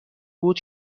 بود